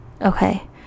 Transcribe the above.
Okay